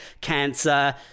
cancer